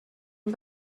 این